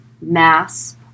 mass